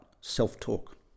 self-talk